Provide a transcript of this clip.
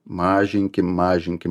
mažinkim mažinkim